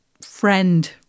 friend